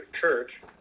church